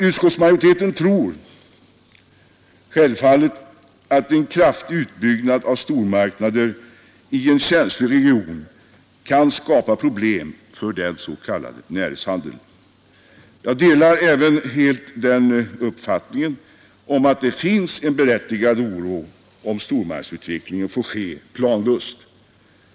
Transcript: Utskottsmajoriteten tror självfallet att en kraftig utbyggnad av stormarknader i en känslig region kan skapa problem för den s.k. närhetshandeln. Jag delar helt uppfattningen att det finns anledning till berättigad oro om stormarknadsutvecklingen får ske planlöst.